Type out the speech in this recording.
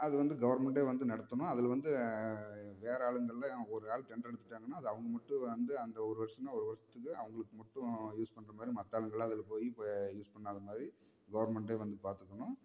அது வந்து கவர்மெண்ட்டே வந்து நடத்தணும் அதில் வந்து வேறு ஆளுங்களில் ஒரு ஆள் டெண்டர் எடுத்துட்டாங்கன்னால் அது அவங்க மட்டும் வந்து அந்த ஒரு வருஷனா ஒரு வருஷத்துக்கு அவங்களுக்கு மட்டும் யூஸ் பண்ணுற மாதிரி மற்ற ஆளுங்களெல்லாம் அதில் போய் யூஸ் பண்ணாத மாதிரி கவர்மெண்ட்டே வந்து பார்த்துக்குணும்